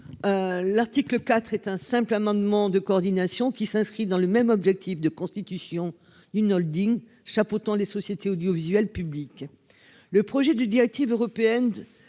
L'article 4 est un simple amendement de coordination qui s'inscrit dans le même objectif de constitution d'une Holding chapeautant les sociétés audiovisuelles publiques. Le projet de directive européenne